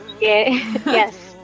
yes